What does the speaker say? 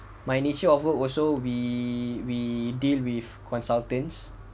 my nature of work also we we deal with consultants